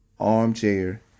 Armchair